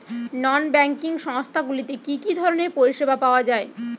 নন banking সংস্থা গুলিতে কি কি ধরনের পরিসেবা পাওয়া য়ায়?